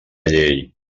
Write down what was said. llei